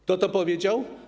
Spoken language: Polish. Kto to powiedział?